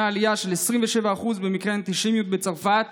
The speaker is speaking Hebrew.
עלייה של 27% במקרי האנטישמיות בצרפת